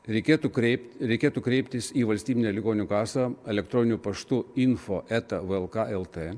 reikėtų kreipt reikėtų kreiptis į valstybinę ligonių kasą elektroniniu paštu info eta vlk lt